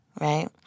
right